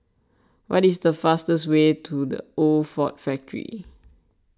what is the fastest way to the Old Ford Factor